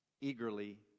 eagerly